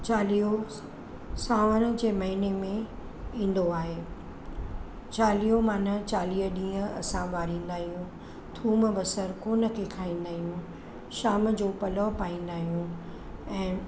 चालीहो सांवर जे महिने में ईंदो आहे चालीहो माना चालीह ॾींहं असां ॿारींदा आहियूं थूम बसरि कोन के खाईंदा आहियूं शाम जो पलउ पाईंदा आहियूं ऐं